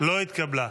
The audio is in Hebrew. לא התקבלה.